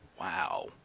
wow